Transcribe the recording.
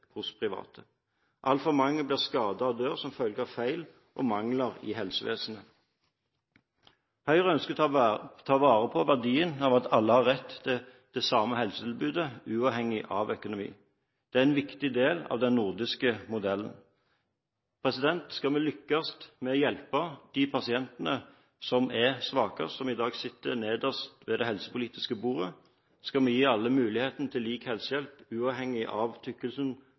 hos private. Altfor mange blir skadet og dør som følge av feil og mangler i helsevesenet. Høyre ønsker å ta vare på verdien av at alle har rett til det samme helsetilbudet, uavhengig av økonomi. Det er en viktig del av den nordiske modellen. Skal vi lykkes med å hjelpe de pasientene som er svakest, som i dag sitter nederst ved det helsepolitiske bordet, skal vi gi alle muligheten til lik helsehjelp, uavhengig av tykkelsen